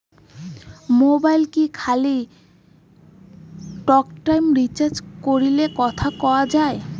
মোবাইলত কি খালি টকটাইম রিচার্জ করিলে কথা কয়া যাবে?